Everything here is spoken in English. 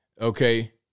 okay